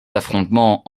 affrontements